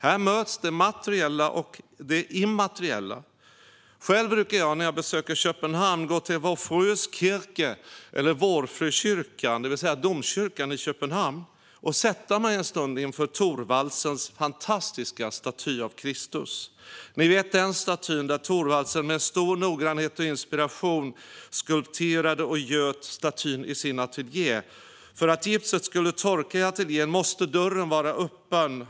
Här möts det materiella och det immateriella. Själv brukar jag, när jag besöker Köpenhamn, gå till Vor Frue Kirke, vårfrukyrkan, som är domkyrkan i Köpenhamn, och sätta mig en stund inför Thorvaldsens fantastiska staty av Kristus. Det är den staty som Thorvaldsen med stor noggrannhet och inspiration skulpterade och göt i sin ateljé. För att gipset skulle torka i ateljén behövde dörren vara öppen.